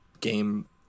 game